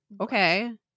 okay